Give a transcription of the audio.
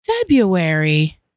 February